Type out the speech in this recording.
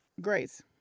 Grace